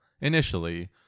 initially